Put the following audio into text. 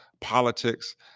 politics